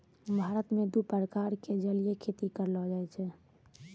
भारत मॅ दू प्रकार के जलीय खेती करलो जाय छै